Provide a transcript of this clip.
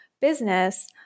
business